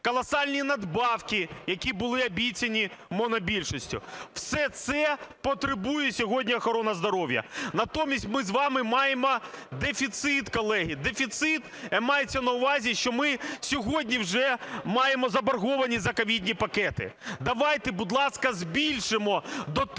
колосальні надбавки, які були обіцяні монобільшістю. Все це потребує сьогодні охорона здоров'я. Натомість ми з вами маємо дефіцит, колеги. Дефіцит – мається на увазі, що ми сьогодні вже маємо заборгованість за ковідні пакети. Давайте, будь ласка, збільшимо до тих